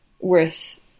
worth